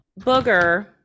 Booger